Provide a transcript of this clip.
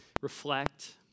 reflect